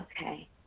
Okay